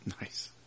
Nice